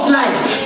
life